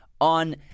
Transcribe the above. on